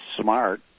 smart